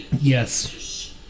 Yes